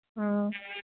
ꯑ